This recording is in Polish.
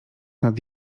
nad